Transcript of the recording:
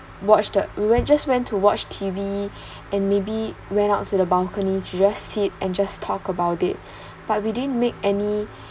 watch the we were just went to watch T_V and maybe went out to the balcony to just sit and just talk about it but we didn't make any